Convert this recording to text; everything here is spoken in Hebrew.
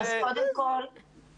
את יכולה להתייחס ולומר שאת תבדקי.